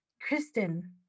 Kristen